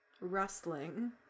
Rustling